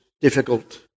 difficult